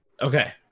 Okay